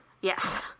Yes